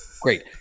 Great